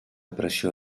pressió